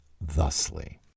thusly